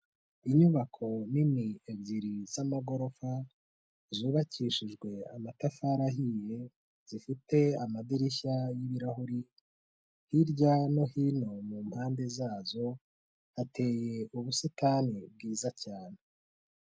Inyubako nini ebyiri z'amagorofa zubakishijwe amatafari ahiye zifite amadirishya y'ibirahuri hirya no hino mu mpande zazo hateye ubusitani bwiza cyane.